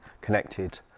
connected